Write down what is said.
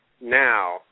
now